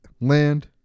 land